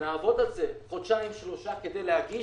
נעבוד על זה חודשיים-שלושה כדי להגיש,